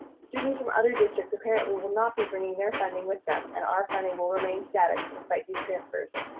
students from other districts apparently will not be bringing their funding with them and our funding will remain static despite these transfers.